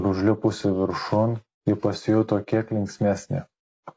ir užlipusi viršun ji pasijuto kiek linksmesnė